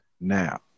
now